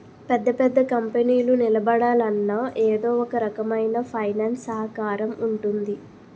పెద్ద పెద్ద కంపెనీలు నిలబడాలన్నా ఎదో ఒకరకమైన ఫైనాన్స్ సహకారం ఉంటుంది